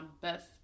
best